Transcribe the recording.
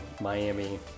Miami